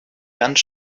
ganz